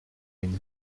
une